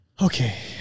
Okay